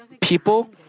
people